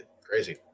Crazy